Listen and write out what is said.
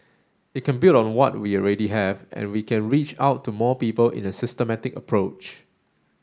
it can build on what we already have and we can reach out to more people in a systematic approach